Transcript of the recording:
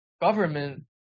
government